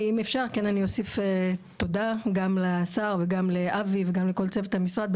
אוסיף תודה גם לשר, גם לאבי ולכל צוות המשרד.